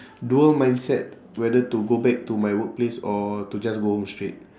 dual mindset whether to go back to my workplace or to just go home straight